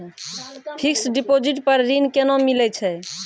Fixed deposit पर ऋण केना मिलै छै?